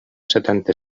setanta